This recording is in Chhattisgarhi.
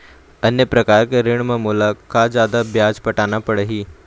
अन्य प्रकार के ऋण म मोला का जादा ब्याज पटाना पड़ही?